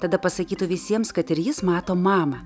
tada pasakytų visiems kad ir jis mato mamą